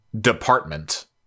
department